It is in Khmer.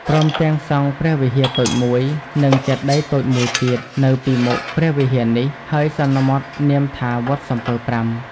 ព្រមទាំងសង់ព្រះវិហារតូចមួយ និងចេតិយតូចមួយទៀត នៅពីមុខព្រះវិហារនេះ ហើយសន្មតនាមថា "វត្តសំពៅប្រាំ" ។